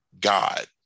god